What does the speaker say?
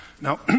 Now